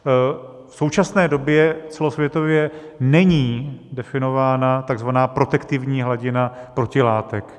V současné době celosvětově není definována takzvaná protektivní hladina protilátek.